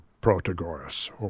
Protagoras